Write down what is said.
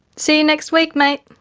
see you next week mate.